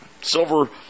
Silver